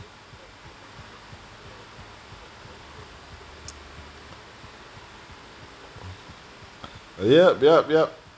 ya yup yup